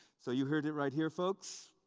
so you heard it right here, folks.